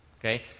okay